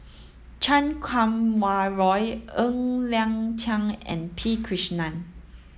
Chan Kum Wah Roy Ng Liang Chiang and P Krishnan